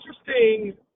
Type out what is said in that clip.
interesting